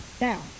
Now